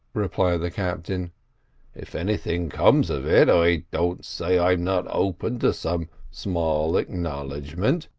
replied the captain if anything comes of it, i don't say i'm not open to some small acknowledgment,